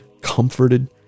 comforted